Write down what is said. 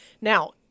Now